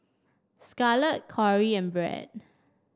Scarlet Corey and Brad